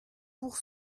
pour